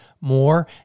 more